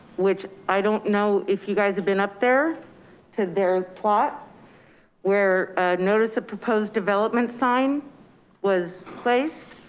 which i don't know if you guys have been up there to their plot where a notice of proposed development sign was placed,